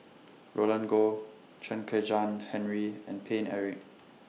Roland Goh Chen Kezhan Henri and Paine Eric